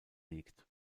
liegt